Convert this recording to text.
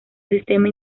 sistema